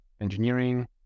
engineering